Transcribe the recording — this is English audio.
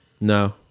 No